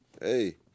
hey